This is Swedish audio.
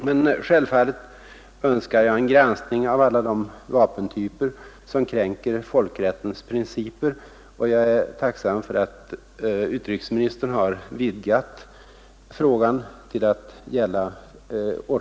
Men självfallet önskade jag en granskning av alla de vapentyper som kränker folkrättens Nr 48 principer, och jag är tacksam över att utrikesministern har vidgat frågan Torsdagen den till att gälla flera.